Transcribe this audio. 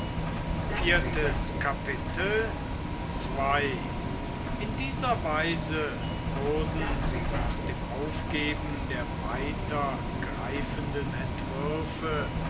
in dieser weise wurden nach dem aufgeben der weiter greifenden entwürfe